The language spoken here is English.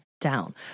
down